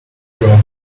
job